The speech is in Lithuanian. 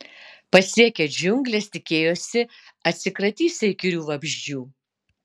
pasiekę džiungles tikėjosi atsikratysią įkyrių vabzdžių